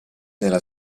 nella